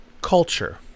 culture